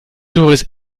doris